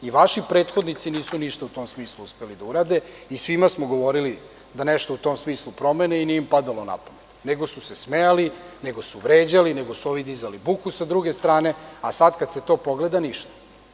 Ni vaši prethodnici nisu ništa u tom smislu uspeli da urade i svima smo govorili da nešto u tom smislu promene i nije im padalo napamet, nego su se smejali, nego su vređali, nego su ovi dizali buku sa druge strane, a sada, kada se to pogleda, ništa.